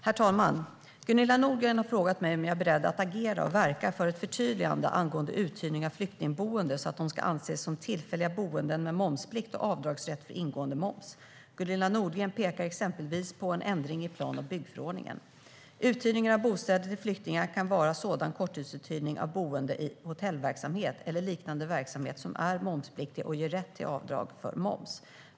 Herr talman! Gunilla Nordgren har frågat mig om jag är beredd att agera och verka för ett förtydligande angående uthyrning av flyktingboenden så att de ska anses som tillfälliga boenden med momsplikt och avdragsrätt för ingående moms. Gunilla Nordgren pekar exempelvis på en ändring i plan och byggförordningen. Uthyrning av bostäder till flyktingar kan vara sådan korttidsuthyrning av boende i hotellverksamhet, eller liknande verksamhet, som är momspliktig och ger rätt till avdrag för moms.